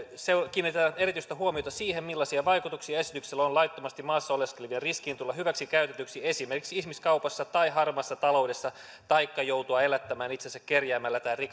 kiinnitetään erityistä huomiota siihen millaisia vaikutuksia esityksellä on on laittomasti maassa oleskelevien riskiin tulla hyväksikäytetyiksi esimerkiksi ihmiskaupassa tai harmaassa taloudessa taikka joutua elättämään itsensä kerjäämällä tai